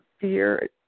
fear